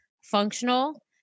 functional